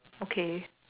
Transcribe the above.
okay